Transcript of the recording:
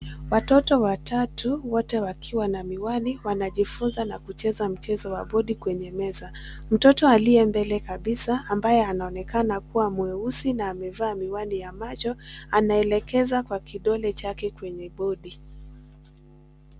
Watoto watatu wote wakiwa na miwani, wanajifunza na kucheza mchezo wa bodi kwenye meza. Mtoto aliye mbele kabisa ambaye anaonekana kuwa mweusi na amevaa miwani ya macho, anaelekeza kwa kidole chake kwenye bodi.